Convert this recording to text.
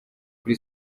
kuri